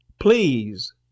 Please